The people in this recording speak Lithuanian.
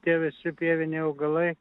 tie visi pieviniai augalai